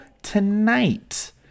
tonight